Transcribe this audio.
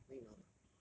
I think now lah